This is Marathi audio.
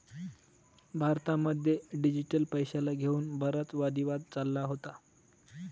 भारतामध्ये डिजिटल पैशाला घेऊन बराच वादी वाद चालला होता